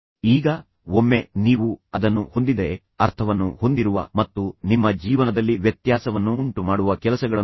ಈಗ ಒಮ್ಮೆ ನೀವು ಅದನ್ನು ಹೊಂದಿದ್ದರೆ ಅರ್ಥವನ್ನು ಹೊಂದಿರುವ ಮತ್ತು ನಿಮ್ಮ ಜೀವನದಲ್ಲಿ ವ್ಯತ್ಯಾಸವನ್ನುಂಟುಮಾಡುವ ಕೆಲಸಗಳನ್ನು ಮಾಡಿ